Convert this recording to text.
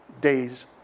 days